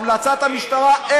המלצת המשטרה,